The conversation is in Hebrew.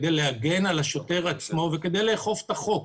כדי להגן על השוטר עצמו וכדי לאכוף את החוק.